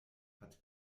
hat